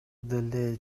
деле